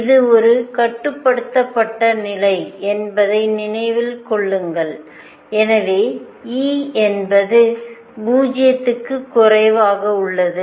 இது ஒரு கட்டுப்படுத்தப்பட்ட நிலை என்பதை நினைவில் கொள்ளுங்கள் எனவே E என்பது 0 க்கும் குறைவாக உள்ளது